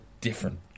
different